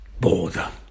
border